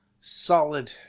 solid